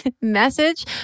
message